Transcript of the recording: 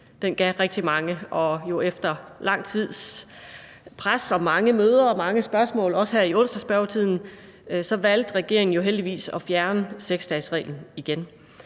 gav rigtig mange, og efter lang tids pres og mange møder og mange spørgsmål, også her i onsdagsspørgetiden, valgte regeringen jo heldigvis at fjerne 6-dagesreglen igen.